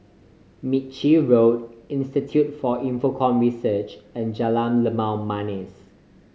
Ritchie Road Institute for Infocomm Research and Jalan Limau Manis